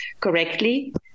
correctly